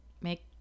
Make